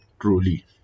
truly